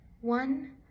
one